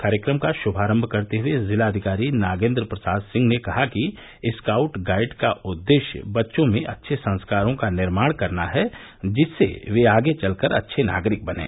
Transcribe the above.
कार्यक्रम का शुभारम्भ करते हुए जिलाधिकारी नागेन्द्र प्रसाद सिंह ने कहा कि स्काउट गाइड का उद्देश्य बच्चों में अच्छे संस्कारों का निर्माण करना है जिससे वे आगे चलकर अच्छे नागरिक बनें